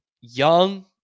Young